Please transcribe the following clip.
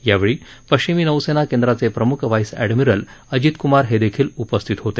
यावेळी पश्चिमी नौसेना केंद्रांचे प्रमुख वाईस एडमिरल अजीतकुमार हे देखील उपस्थित होते